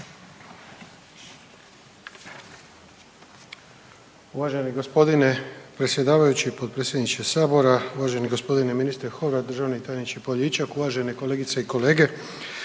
Uvaženi gospodine predsjedavajući i potpredsjedniče sabora, uvaženi gospodine ministre Horvat, državni tajniče Poljičak, uvažene kolegice i kolege,